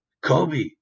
Kobe